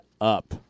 up